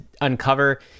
uncover